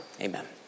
amen